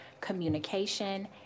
communication